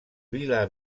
vila